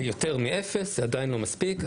זה יותר מאפס ועדיין לא מספיק,